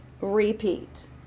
repeat